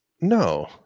No